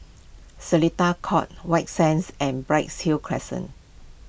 Seletar Court White Sands and Bright Hill Crescent